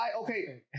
okay